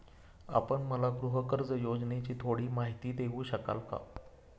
आपण मला गृहकर्ज योजनेची थोडी माहिती देऊ शकाल का?